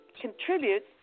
contributes